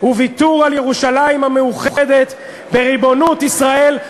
הוא ויתור על ירושלים המאוחדת בריבונות ישראל",